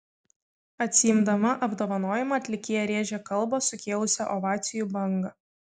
atsiimdama apdovanojimą atlikėja rėžė kalbą sukėlusią ovacijų bangą